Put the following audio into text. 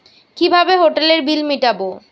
কিভাবে হোটেলের বিল মিটাব?